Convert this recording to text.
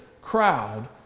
crowd